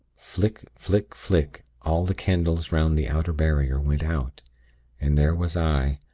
flick! flick! flick! all the candles round the outer barrier went out and there was i,